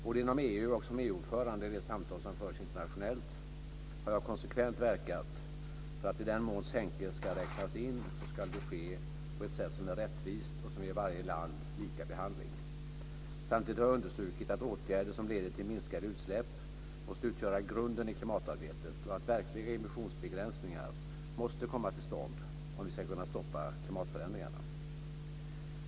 Både inom EU och som EU-ordförande i de samtal som förts internationellt har jag konsekvent verkat för att i den mån sänkor ska räknas in ska det ske på ett sätt som är rättvist och som ger varje land lika behandling. Samtidigt har jag understrukit att åtgärder som leder till minskade utsläpp måste utgöra grunden i klimatarbetet och att verkliga emissionsbegränsningar måste komma till stånd om vi ska kunna stoppa klimatförändringarna.